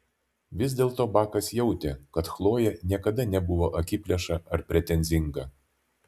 vis dėlto bakas jautė kad chlojė niekada nebuvo akiplėša ar pretenzinga